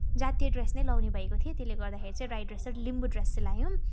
जातीय ड्रेस नै लाउने भएको थिए त्यसले गर्दाखेरि चाहिँ राई ड्रेस र लिम्बू ड्रेस सिलायौँ